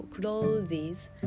clothes